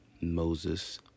Moses